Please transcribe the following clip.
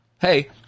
hey